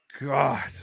God